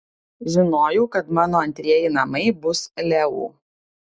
žinojau kad mano antrieji namai bus leu